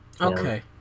okay